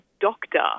doctor